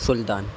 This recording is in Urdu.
سلطان